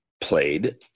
played